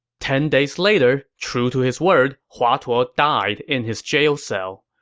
ten days later, true to his word, hua tuo ah died in his jail cell.